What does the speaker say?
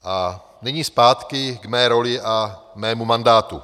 A nyní zpátky k mé roli a mému mandátu.